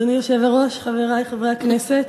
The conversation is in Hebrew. אדוני היושב-ראש, חברי חברי הכנסת,